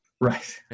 Right